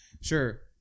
sure